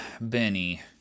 Benny